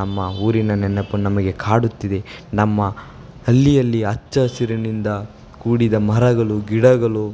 ನಮ್ಮ ಊರಿನ ನೆನಪು ನಮಗೆ ಕಾಡುತ್ತಿದೆ ನಮ್ಮ ಹಳ್ಳಿಯಲ್ಲಿ ಹಚ್ಚ ಹಸಿರಿನಿಂದ ಕೂಡಿದ ಮರಗಳು ಗಿಡಗಳು